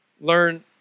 learn